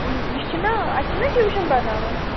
یہِ چھُناہ اتہِ چھِناہ ٹیٛوٗشَن پرٕناوان